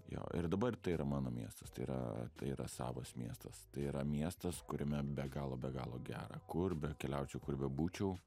jo ir dabar tai yra mano miestas tai yra tai yra savas miestas tai yra miestas kuriame be galo be galo gera kur bekeliaučiau kur bebūčiau